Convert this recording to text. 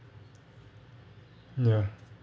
ya